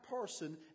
person